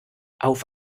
auf